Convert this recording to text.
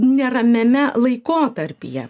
neramiame laikotarpyje